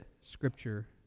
Scripture